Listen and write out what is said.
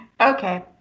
Okay